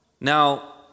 Now